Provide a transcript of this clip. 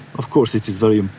of course it is very,